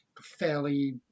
fairly